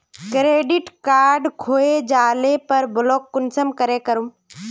Credit card खोये जाले पर ब्लॉक कुंसम करे करूम?